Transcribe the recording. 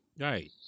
Right